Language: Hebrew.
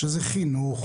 שזה חינוך,